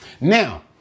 Now